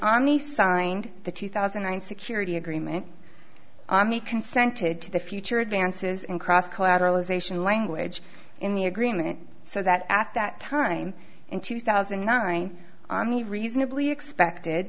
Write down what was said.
on he signed the two thousand and nine security agreement m e consented to the future advances in cross collateral is ation language in the agreement so that at that time in two thousand and nine on the reasonably expected